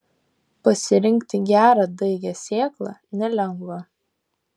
pasirinkti gerą daigią sėklą nelengva